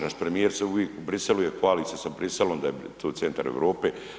Naš premijer se uvijek u Bruxellesu je, fali se sa Bruxellesom da je to centar Europe.